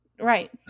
Right